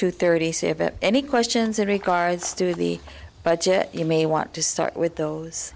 two thirty seven any questions or regards to the budget you may want to start with those